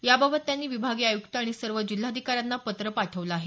याबाबत त्यांनी विभागीय आयुक्त आणि सर्व जिल्हाधिकाऱ्यांना पत्र पाठवलं आहे